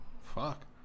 Fuck